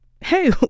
Hey